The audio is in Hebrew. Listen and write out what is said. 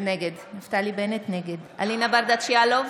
נגד אלינה ברדץ' יאלוב,